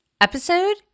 episode